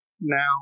Now